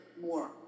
more